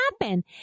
happen